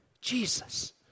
Jesus